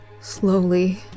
Slowly